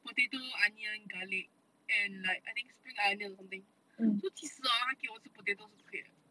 potato onion garlic and like I think spring onion or something so 其实 hor 我 eat sweet potato 是不可以 leh